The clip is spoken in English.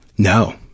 No